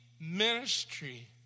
ministry